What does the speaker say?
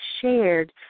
shared